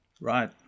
Right